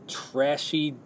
trashy